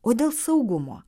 o dėl saugumo